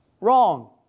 wrong